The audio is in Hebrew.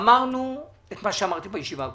אמרנו את מה שאמרתי בישיבה הקודמת.